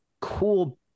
cool